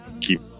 keep